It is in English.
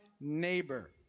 neighbor